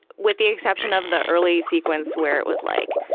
with the exception of the early sequence where it was like,